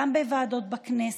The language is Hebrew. גם בוועדות בכנסת.